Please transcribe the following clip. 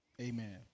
Amen